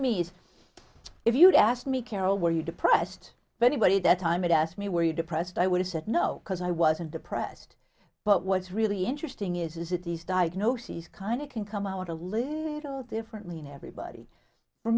me is if you'd asked me carol were you depressed but anybody that time had asked me where you depressed i would have said no because i wasn't depressed but what's really interesting is that these diagnoses kind of can come out a living differently in everybody for